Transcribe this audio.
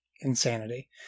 insanity